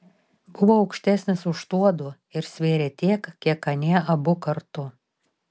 buvo aukštesnis už tuodu ir svėrė tiek kiek anie abu kartu